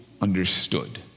understood